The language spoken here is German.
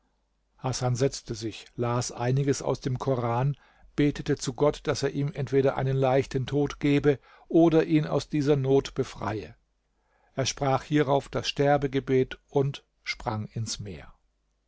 hasan setzte sich las einiges aus dem koran betete zu gott daß er ihm entweder einen leichten tod gebe oder ihn aus dieser not befreie er sprach hierauf das sterbegebet und sprang ins meer